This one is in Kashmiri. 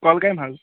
کۄلگامہِ حظ